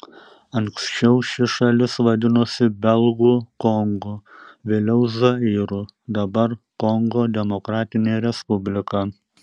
anksčiau ši šalis vadinosi belgų kongu vėliau zairu dabar kongo demokratinė respublika